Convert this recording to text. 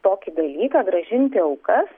tokį dalyką grąžinti aukas